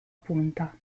punta